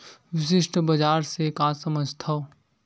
विशिष्ट बजार से का समझथव?